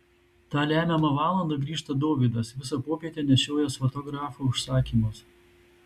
tą lemiamą valandą grįžta dovydas visą popietę nešiojęs fotografo užsakymus